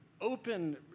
open